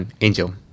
Angel